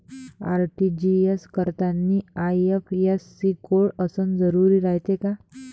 RTGS करतांनी IFSC code असन जरुरी रायते का?